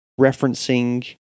referencing